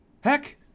heck